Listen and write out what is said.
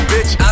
Bitch